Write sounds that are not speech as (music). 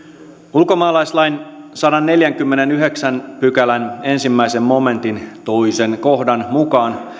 ulkomaalaislain sadannenneljännenkymmenennenyhdeksännen pykälän ensimmäisen momentin toisen kohdan mukaan (unintelligible)